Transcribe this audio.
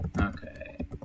Okay